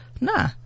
Nah